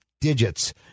digits